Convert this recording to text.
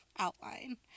outline